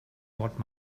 what